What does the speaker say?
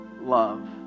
love